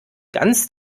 ganz